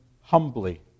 humbly